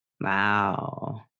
Wow